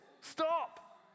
stop